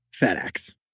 FedEx